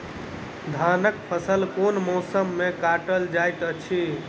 धानक फसल केँ मौसम मे काटल जाइत अछि?